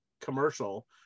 commercial